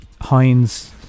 Heinz